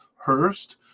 Hurst